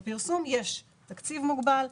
בפרסום יש תקציב מוגבל,